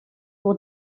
pour